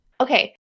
Okay